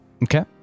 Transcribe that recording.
Okay